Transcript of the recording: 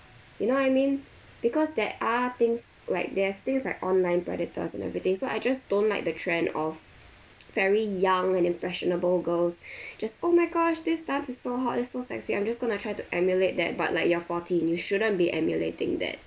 you know what I mean because there are things like there're things like online predators and everything so I just don't like the trend of very young and impressionable girls just oh my gosh this dance is so hot it's so sexy I'm just gonna try to emulate that but like you're fourteen you shouldn't be emulating that